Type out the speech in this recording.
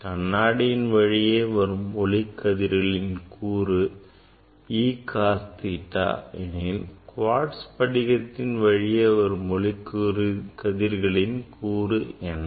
கண்ணாடியின் வழியே வரும் ஒளிக் கதிர்களின் கூறு E cos theta எனில் குவாட்ஸ் படிகத்தின் வழியே வரும் ஒளிக்கதிரின் கூறு என்ன